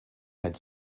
had